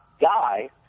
guy